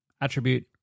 attribute